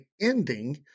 ending